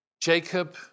Jacob